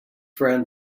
friend